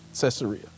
Caesarea